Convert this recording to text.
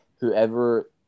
whoever –